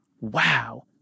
wow